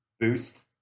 boost